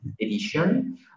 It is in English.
edition